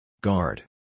Guard